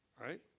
Right